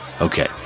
Okay